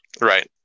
Right